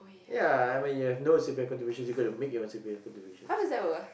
ya you when you have no C_P_F contributions you gotta make your C_P_F contributions